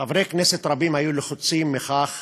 חברי כנסת רבים היו לחוצים מכך